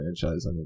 franchise